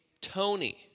Tony